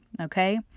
Okay